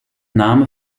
name